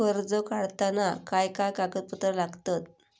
कर्ज काढताना काय काय कागदपत्रा लागतत?